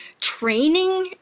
training